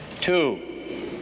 Two